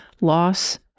loss